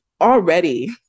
already